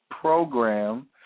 program